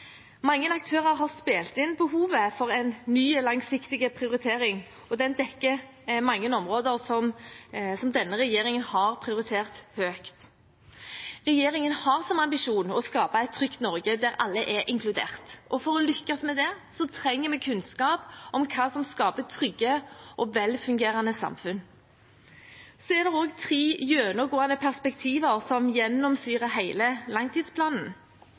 Mange aktører har spilt inn behovet for en ny langsiktig prioritering, og den dekker mange områder som denne regjeringen har prioritert høyt. Regjeringen har som ambisjon å skape et trygt Norge der alle er inkludert. For å lykkes med det trenger vi kunnskap om hva som skaper trygge og velfungerende samfunn. Det er også tre gjennomgående perspektiver som gjennomsyrer hele langtidsplanen.